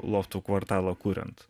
loftų kvartalą kuriant